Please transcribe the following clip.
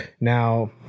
Now